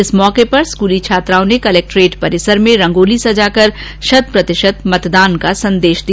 इस मौके पर स्कूली छात्राओं ने कलेक्टर परिसर में रंगोली सजाकर शत प्रतिशत मतदान का संदेश दिया